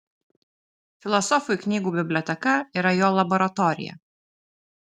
filosofui knygų biblioteka yra jo laboratorija